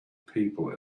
people